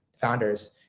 founders